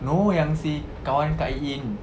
no yang si kawan kak yin